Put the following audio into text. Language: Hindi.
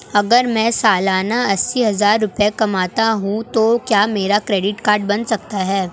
अगर मैं सालाना अस्सी हज़ार रुपये कमाता हूं तो क्या मेरा क्रेडिट कार्ड बन सकता है?